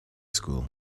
school